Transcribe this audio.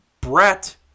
Brett